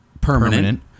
Permanent